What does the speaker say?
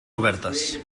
obertes